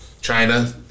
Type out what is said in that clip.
China